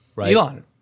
Elon